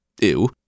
ew